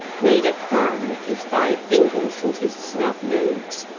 made a fan of his five fingers and his snub nose.